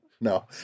no